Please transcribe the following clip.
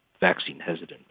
vaccine-hesitant